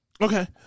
Okay